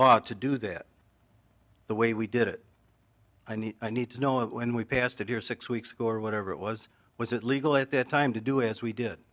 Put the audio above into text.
law to do that the way we did it i need i need to know when we passed a day or six weeks ago or whatever it was was it legal at that time to do as we did